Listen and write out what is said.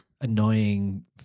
annoying